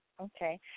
Okay